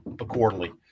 accordingly